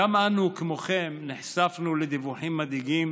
גם אנו, כמוכם, נחשפנו לדיווחים מדאיגים